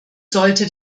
sollte